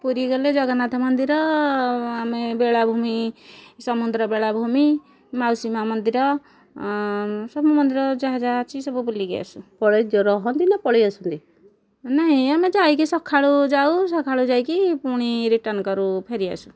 ପୁରି ଗଲେ ଜଗନ୍ନାଥ ମନ୍ଦିର ଆମେ ବେଳାଭୂମି ସମୁଦ୍ର ବେଳାଭୂମି ମାଉସୀ ମା' ମନ୍ଦିର ସବୁ ମନ୍ଦିର ଯାହା ଯାହା ଅଛି ସବୁ ବୁଲିକି ଆସୁ ପଳେଇ ରୁହନ୍ତି ନା ପଳେଇଆସନ୍ତି ନାଇଁ ଆମେ ଯାଇକି ସକାଳୁ ଯାଉ ସକାଳୁ ଯାଇକି ପୁଣି ରିଟର୍ନ କରୁ ଫେରିଆସୁ